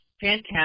Fantastic